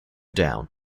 down